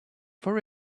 for